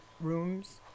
rooms